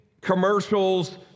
commercials